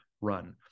run